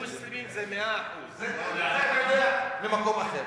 אצל האחים המוסלמים זה 100%. למקום אחר.